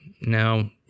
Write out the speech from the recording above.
Now